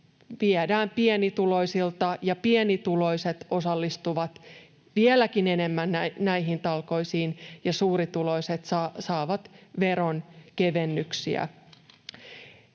viedään pienituloisilta ja pienituloiset osallistuvat vieläkin enemmän näihin talkoisiin ja suurituloiset saavat veronkevennyksiä.